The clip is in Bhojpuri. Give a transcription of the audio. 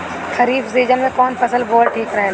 खरीफ़ सीजन में कौन फसल बोअल ठिक रहेला ह?